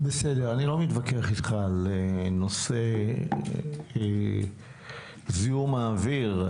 אני לא מתווכח איתך על נושא זיהום האוויר.